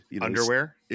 underwear